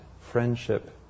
friendship